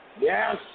Yes